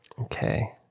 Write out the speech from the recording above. Okay